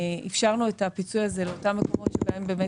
אפשרנו את הפיצוי הזה לאותם מקומות שבהם באמת